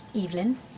Evelyn